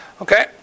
Okay